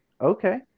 okay